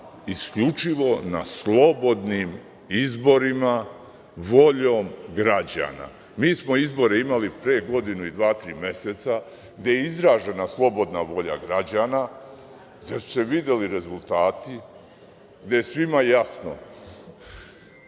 isključivo na slobodnim izborima voljom građana. Mi smo izbore imali pre godinu i dva tri meseca, gde je izražena slobodna volja građana, gde su se videli rezultati, gde je svima jasno